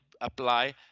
apply